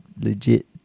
legit